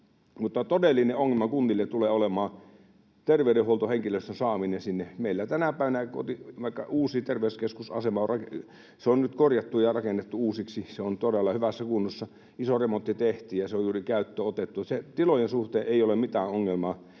todellinen ongelma kunnille tulee olemaan terveydenhuoltohenkilöstön saaminen sinne. Meillä tänä päivänä, vaikka terveyskeskus on nyt korjattu ja rakennettu uusiksi, se on todella hyvässä kunnossa, iso remontti tehtiin ja se on juuri käyttöön otettu, tilojen suhteen ei ole mitään ongelmaa,